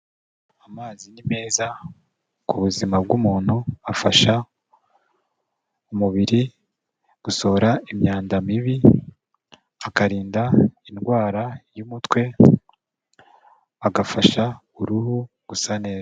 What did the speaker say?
Amazi ni meza ku buzima bw'umuntu, afasha umubiri gusohora imyanda mibi, akarinda indwara y'umutwe, agafasha uruhura gusa neza.